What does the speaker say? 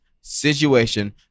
situation